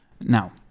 Now